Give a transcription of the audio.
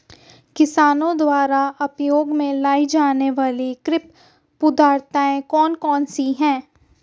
किसानों द्वारा उपयोग में लाई जाने वाली कृषि पद्धतियाँ कौन कौन सी हैं?